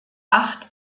acht